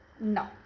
no